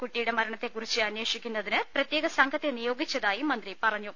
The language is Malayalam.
കുട്ടിയുടെ മരണത്തെക്കുറിച്ച് അന്വേഷിക്കുന്നതിന് പ്രത്യേക സംഘത്തെ നിയോഗിച്ചതായി മന്ത്രി പറഞ്ഞു